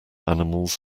animals